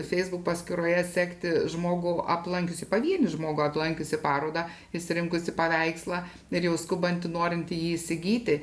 feisbuk paskyroje sekti žmogų aplankiusį pavienį žmogų aplankiusį parodą išsirinkusį paveikslą ir jau skubantį norintį jį įsigyti